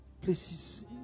places